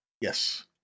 Yes